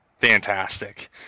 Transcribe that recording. fantastic